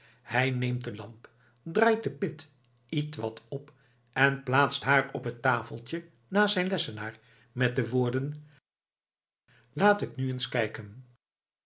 hij neemt de lamp draait de pit ietwat op en plaatst haar op het tafeltje naast zijn lessenaar met de woorden laat k nu eens kijken